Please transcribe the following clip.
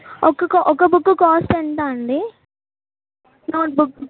ఒక క ఒక బుక్ కాస్ట్ ఎంత అండి నోట్బుక్